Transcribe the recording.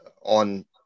on